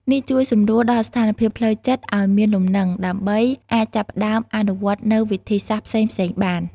នេះជួយសម្រួលដល់ស្ថានភាពផ្លូវចិត្តឲ្យមានលំនឹង ដើម្បីអាចចាប់ផ្តើមអនុវត្តន៍នូវវិធីសាស្រ្តផ្សេងៗបាន។